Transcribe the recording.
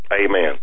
Amen